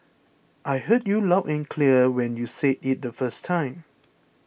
I heard you loud and clear when you said it the first time